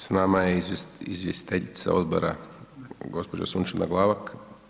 S nama je izvjestiteljica odbora, gđa. Sunčana Glavak.